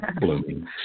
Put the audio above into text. blooming